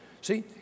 See